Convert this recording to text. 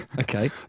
Okay